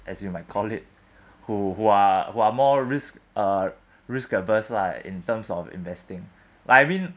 as you might call it who who are who are more risks uh risk averse lah in terms of investing like I mean